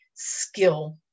skill